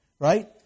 Right